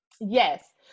Yes